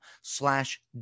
slash